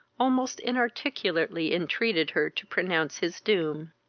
almost inarticulately entreated her to pronounce his doom.